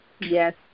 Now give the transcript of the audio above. Yes